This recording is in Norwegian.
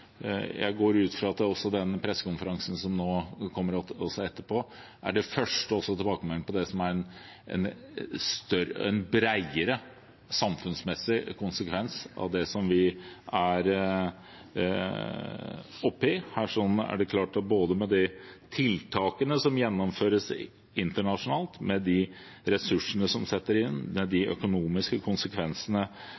går jeg ut fra at den pressekonferansen som kommer etterpå, er den første tilbakemeldingen på det som er en bredere samfunnsmessig konsekvens av det vi er oppe i. Det er klart at både med de tiltakene som gjennomføres internasjonalt, de ressursene som settes inn, og de